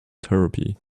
therapy